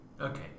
Okay